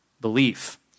belief